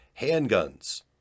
Handguns